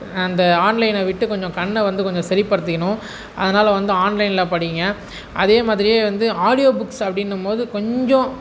அந்த ஆன்லைன்னை விட்டு கொஞ்சம் கண்ணை வந்து கொஞ்சம் சரிப்படுத்திக்கணும் அதனால வந்து ஆன்லைனில் படிங்க அதே மாதிரியே வந்து ஆடியோ புக்ஸு அப்படின்னும் போது கொஞ்சம்